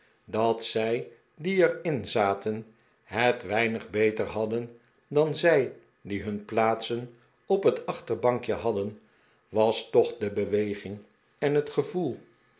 dat zij die er in zaten het weinig beter hadden dan zij die hun plaatsen op het achterbankje hadden was toch de beweging en het gevoel